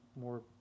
more